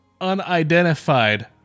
unidentified